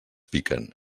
piquen